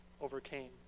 overcame